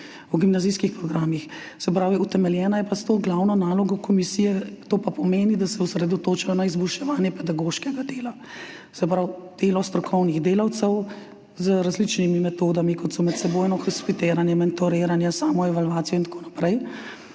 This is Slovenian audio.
o gimnazijskih programih, utemeljena je pa s to glavno nalogo komisije, to pa pomeni, da se osredotoča na izboljševanje pedagoškega dela. Se pravi, delo strokovnih delavcev z različnimi metodami, kot so medsebojno hospitiranje, mentoriranje, samoevalvacija in tako naprej.